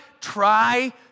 try